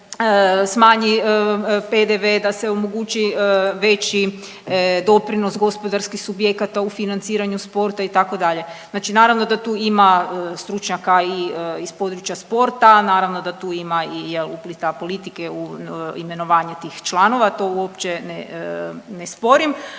da se smanji PDV, da se omogući veći doprinos, gospodarskih subjekata u financiranju sporta, itd. Znači naravno da tu ima stručnjaka i iz područja sporta, naravno da tu ima i je li, uplita politike u imenovanje tih članova, to uopće ne sporim,